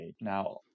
Now